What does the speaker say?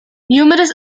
numerous